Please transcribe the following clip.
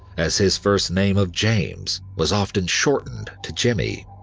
as his first name of james was often shortened to jimmy.